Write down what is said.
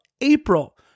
April